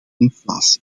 inflatie